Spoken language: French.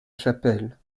chapelle